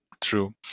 true